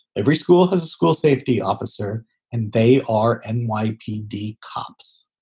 every school has a school safety officer and they are and nypd cops.